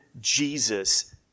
Jesus